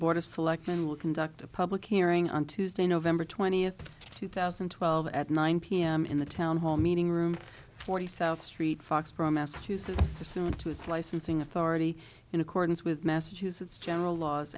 of selectmen will conduct a public hearing on tuesday november twentieth two thousand and twelve at nine p m in the town hall meeting room forty south street foxboro massachusetts soon to its licensing authority in accordance with massachusetts general laws